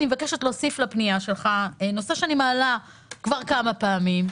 אני מבקשת להוסיף לפנייה שלך נושא שאני מעלה כמה פעמים,